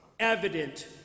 Evident